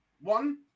One